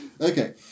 Okay